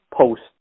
post